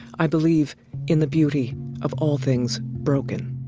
i believe in the beauty of all things broken.